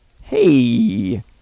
hey